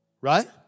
right